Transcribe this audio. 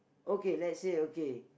okay let's say okay